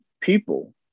people